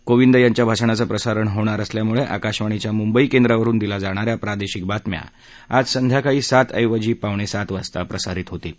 कोविंद यांच्या भाषणाचं प्रसारण होणार असल्यामुळे आकाशवाणीच्या मुंबई केंद्रावरुन दिल्या जाणा या प्रादेशिक बातम्या आज संध्याकाळी सातऐवजी पावणेसात वाजता प्रसारित होतील